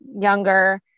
younger